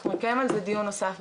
אנחנו נקיים על זה דיון נוסף.